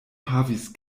havis